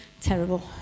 Terrible